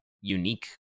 unique